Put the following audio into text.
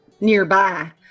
nearby